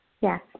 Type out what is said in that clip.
Yes